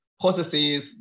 processes